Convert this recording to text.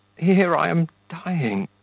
here i am dying.